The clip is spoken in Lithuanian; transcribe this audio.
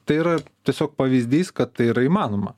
tai yra tiesiog pavyzdys kad tai yra įmanoma